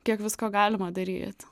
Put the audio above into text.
kiek visko galima daryt